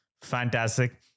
fantastic